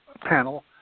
panel